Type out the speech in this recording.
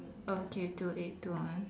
okay two eight two one